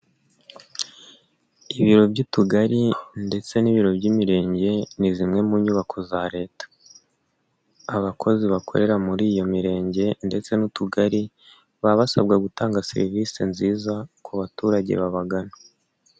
Ibiro by'Utugari ndetse n'ibiro by'Imirenge ni zimwe mu nyubako za Leta, abakozi bakorera muri iyo Mirenge ndetse n'Utugari baba basabwa gutanga serivisi nziza ku baturage babagana.